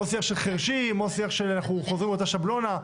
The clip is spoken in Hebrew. או שיח של חירשים או שיח שאנחנו חוזרים על אותה שבלונה.